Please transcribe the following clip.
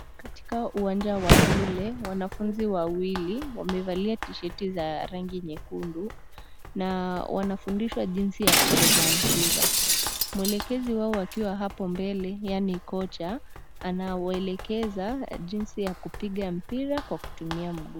Katika uwanja wa shule, wanafunzi wawili wamevalia tisheti za rangi nyekundu na wanafundishwa jinsi ya kucheza mpira. Mwelekezi wao akiwa hapo mbele, yaani kocha, anawaelekeza jinsi ya kupiga mpira kwa kutumia mguu.